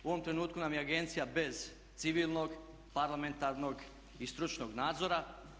U ovom trenutku nam je agencija bez civilnog, parlamentarnog i stručnog nadzora.